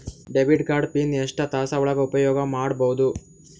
Debit card PIN ಎಷ್ಟ ತಾಸ ಒಳಗ ಉಪಯೋಗ ಮಾಡ್ಬಹುದು?